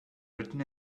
written